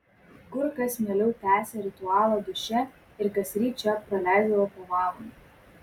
kur kas mieliau tęsė ritualą duše ir kasryt čia praleisdavo po valandą